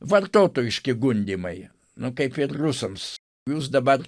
vartotojiški gundymai nu kaip rusams jūs dabar